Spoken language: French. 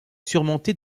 surmonté